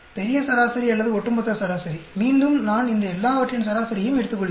பெரிய சராசரி அல்லது ஒட்டுமொத்த சராசரி மீண்டும் நான் இந்த எல்லாவற்றின் சராசரியையும் எடுத்துக்கொள்கிறேன்